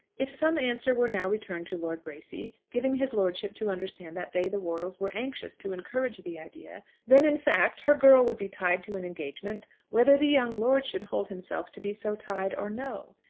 if some answer were now returned to lord bracy, giving his lordship to understand that they, the wortles, were anxious to encourage the idea, then in fact her girl would be tied to an engagement whether the young lord should hold himself to be so tied or no!